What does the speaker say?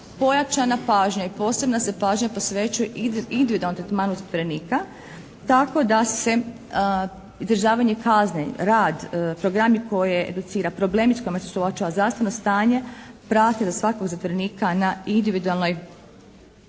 pojačana pažnja i posebna se pažnja posvećuje individualnom tretmanu zatvorenika tako da se izdržavanje kazne, rad, programi koje educira, problemi s kojima se suočava, zdravstveno stanje prate svakog zatvorenika na individualnoj